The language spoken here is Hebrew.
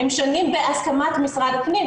הם שונים בהסכמת משרד הפנים,